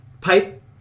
Pipe